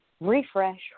refresh